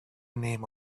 name